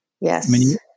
yes